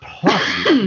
plus